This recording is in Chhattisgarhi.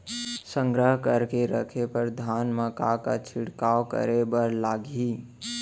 संग्रह करके रखे बर धान मा का का छिड़काव करे बर लागही?